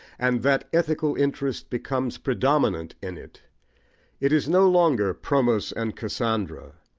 and that ethical interest becomes predominant in it it is no longer promos and cassandra,